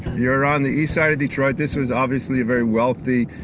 you're on the east side of detroit. this was obviously a very wealthy,